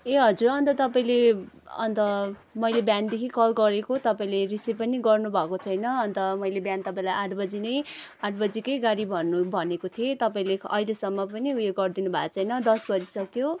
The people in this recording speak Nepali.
ए हजुर अन्त तपाईँले अन्त मैले बिहानदेखि कल गरेको तपाईँले रिसिभ पनि गर्नुभएको छैन अन्त मैले बिहान तपाईँलाई आठ बजी नै आठ बजीकै गाडी भन्नु भनेको थिएँ तपाईँले अहिलेसम्म पनि ऊ यो गरिदिनुभएको छैन दस बजिसक्यो